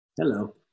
Hello